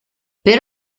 per